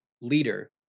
leader